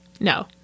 No